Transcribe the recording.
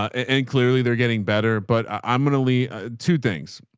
ah and clearly they're getting better, but i'm going to lead to things.